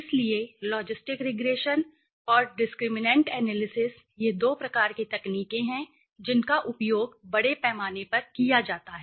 इसलिए logistic regression और discriminant analysis ये दो प्रकार की तकनीकें हैं जिनका उपयोग बड़े पैमाने पर किया जाता है